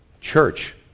Church